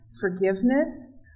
forgiveness